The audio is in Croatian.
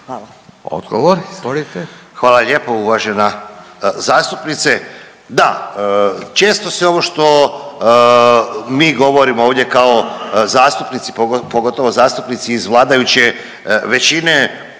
(HDZ)** Hvala lijepo uvažena zastupnice. Da, često se ovo što mi govorimo ovdje kao zastupnici, pogotovo zastupnici iz vladajuće većine,